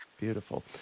Beautiful